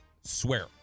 swear